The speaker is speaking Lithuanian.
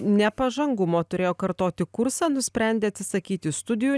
nepažangumo turėjo kartoti kursą nusprendė atsisakyti studijų